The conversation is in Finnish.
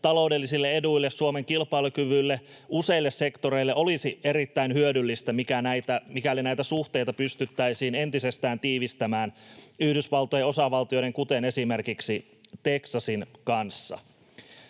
taloudellisille eduille, Suomen kilpailukyvylle, useille sektoreille, olisi erittäin hyödyllistä, mikäli suhteita pystyttäisiin entisestään tiivistämään Yhdysvaltojen osavaltioiden, kuten esimerkiksi Teksasin kanssa.